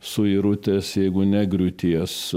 suirutės jeigu ne griūties